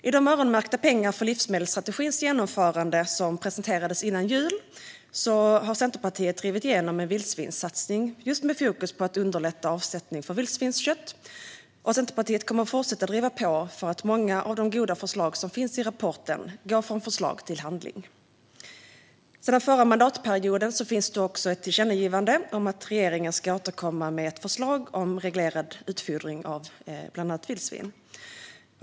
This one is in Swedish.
I de öronmärkta pengar för livsmedelsstrategins genomförande som presenterades före jul har Centerpartiet drivit igenom en vildsvinssatsning med fokus just på att underlätta avsättning för vildsvinskött, och Centerpartiet kommer att fortsätta driva på för att många av de goda förslag som finns i rapporten ska gå från förslag till handling. Sedan den förra mandatperioden finns det också ett tillkännagivande om att regeringen ska återkomma med ett förslag om reglerad utfodring av bland annat vildsvin.